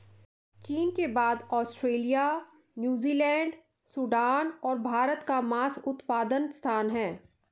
चीन के बाद ऑस्ट्रेलिया, न्यूजीलैंड, सूडान और भारत का मांस उत्पादन स्थान है